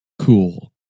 cool